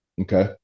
Okay